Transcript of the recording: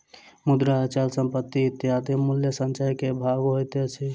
मुद्रा, अचल संपत्ति इत्यादि मूल्य संचय के भाग होइत अछि